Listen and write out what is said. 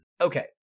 okay